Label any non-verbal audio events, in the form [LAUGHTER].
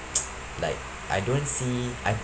[NOISE] like I don't see I